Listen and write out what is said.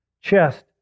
chest